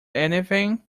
anything